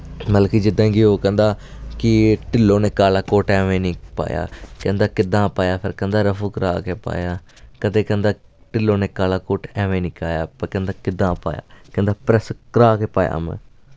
मतलव कि जिद्दां कि ओह् कैंह्दा कि टिल्लो नै काला कोट ऐमे निं पाया कैंदा किद्दां पाया फिर कैंदा रफू करा के पाया कदे कैंदा टिल्लो नै काला कोट ऐमें निं पाया कैंदा किद्दां पाया कैंदा प्रैस करा के पाया